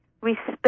respect